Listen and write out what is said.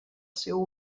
seu